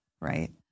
right